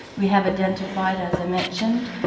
we have identified, as i mentioned,